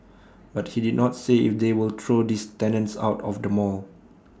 but he did not say if they will throw these tenants out of the mall